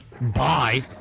Bye